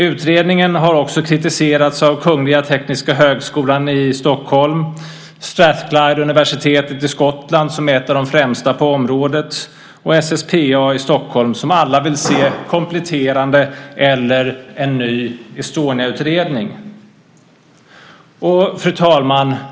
Utredningen har också kritiserats av Kungl. Tekniska högskolan i Stockholm, Strathclydeuniversitetet i Skottland - ett av de främsta på området - och SSPA i Stockholm, som alla vill se kompletterande utredningar eller en ny Estoniautredning. Fru talman!